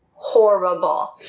Horrible